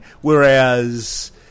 whereas